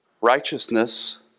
Righteousness